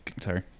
sorry